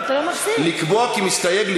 "לקבוע כי מסתייג,